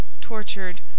tortured